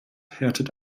härtet